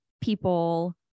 people